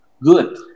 good